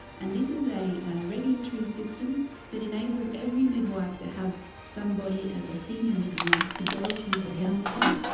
and this is a regulatory system that enables every midwife to have somebody as a senior midwife to go to for counsel,